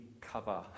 cover